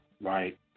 right